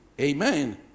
Amen